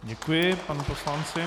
Děkuji panu poslanci.